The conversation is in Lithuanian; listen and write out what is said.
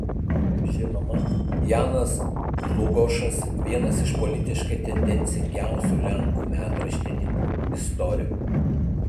kaip žinoma janas dlugošas vienas iš politiškai tendencingiausių lenkų metraštininkų istorikų